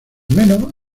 menos